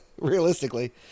Realistically